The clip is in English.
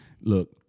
Look